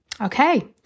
Okay